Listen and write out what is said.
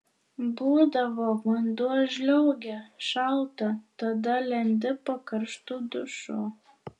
būdavo vanduo žliaugia šalta tada lendi po karštu dušu